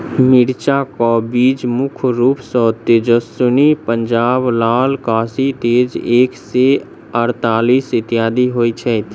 मिर्चा केँ बीज मुख्य रूप सँ तेजस्वनी, पंजाब लाल, काशी तेज एक सै अड़तालीस, इत्यादि होए छैथ?